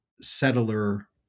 settler